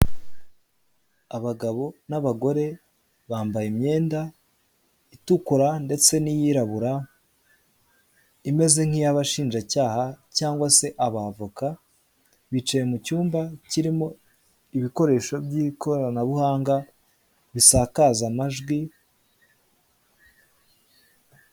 Abagabo n'abagore bambaye imyenda itukura ndetse n'iyirabura imeze nk'iyabashinjacyaha cyangwa se aba avoka bicaye mu cyumba kirimo ibikoresho by'ikoranabuhanga bisakaza amajwi